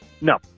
No